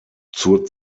zur